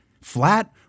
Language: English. flat